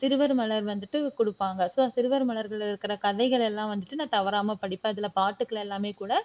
சிறுவர் மலர் வந்துட்டு கொடுப்பாங்க ஸோ சிறுவர் மலர்களில் இருக்கிற கதைகள் எல்லாம் வந்துட்டு நான் தவறாமல் படிப்பேன் அதில் பாட்டுக்கள் எல்லாமே கூட